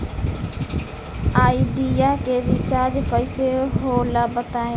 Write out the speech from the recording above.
Idea के recharge कइसे होला बताई?